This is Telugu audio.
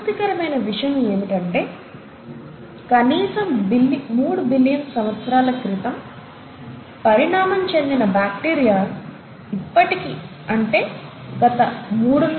ఆసక్తికరమైన విషయం ఏమిటంటే కనీసం మూడు బిలియన్ సంవత్సరాల క్రితం పరిణామం చెందిన బాక్టీరియా ఇప్పటికీ అంటే గత 3